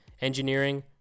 engineering